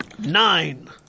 Nine